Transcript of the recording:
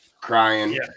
crying